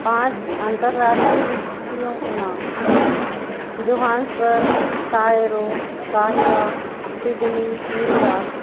पाँच अंतरराष्ट्रीय सीटियों के नाम जोहान्सबर्ग काइरो काहिरा सिडनी न्यूयॉर्क